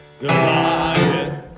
Goodbye